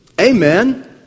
Amen